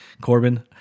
Corbin